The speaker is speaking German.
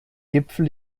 gipfel